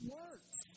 works